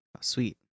Sweet